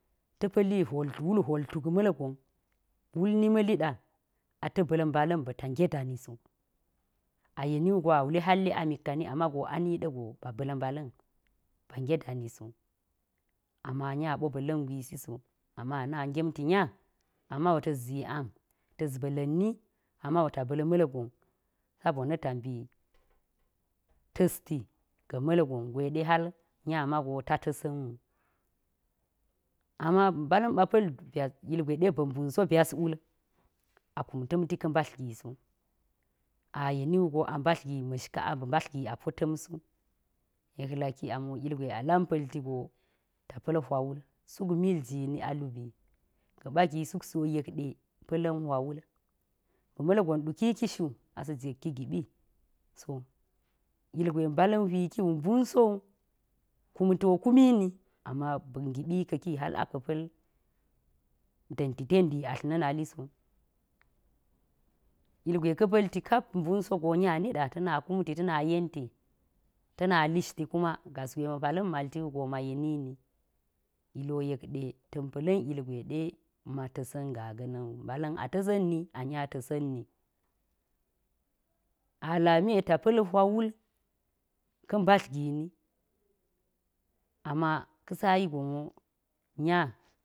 Ta̱ pa̱li hwol tuk wul hwol tuk ma̱lgon, wul ni ma̱li ɗa ata̱ ba̱l mbala̱n ba̱ta nge dani so. a yeni wugo a wule halle amik kani amma go ani ɗa̱ go ba ba̱l mbala̱n ba nge dani so. Amma nya ɓo ba̱la̱n gwisi so, amma ana ngemti nya amma wu ta̱s zi ang ta̱s ba̱la̱nni amma wu ta ba̱l ma̱lgon sabona̱ ta mbi ta̱s ga̱ ma̱lgon gwe ɗe hal nya mago ta ta̱ssa̱n wu. Amma mbala̱n ɓa pa̱l byas ilgwe ɗe ba̱ mbun so byas wul a kum ta̱mti ka̱ mbadl gi so. A yeni wugo a mbadl gi ma̱sh ka a ba̱ mbadl gi apo ta̱m so. Yek laki ama ilgwe a lam pa̱lti go ta pa̱l hwa wul suk mil jini a lubii ga̱ɓa gi suk mil ji pa̱la̱n hwa wul ba̱ ma̱lgon ɗukikii shu asa̱ njekkii giɓi so. Ilgwe mbala̱n hwikii wu mbun sowu, kum ti wo kumini ama ba̱k ngiɓi ka̱kii hal ka̱ pa̱l da̱nti ten dii atl na̱ nali so. Ilgwe ka̱ pa̱lti kap mbun sogo nya ni ɗa ta̱ na kumti ta̱ yenti ta̱ na lishti kuma a gas gwe ma pala̱n malti wugo ma yenini. Ili wo yek ɗe ta̱n pa̱la̱n ilgwe ɗe ma ta̱sa̱n gaa ga̱na̱n wu mbala̱n a ta̱sa̱n a nya ta̱sa̱nni. A lami ta pa̱l hwa wul ka̱ mbadl gini amma ka̱ sa'i gon nya.